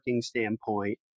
standpoint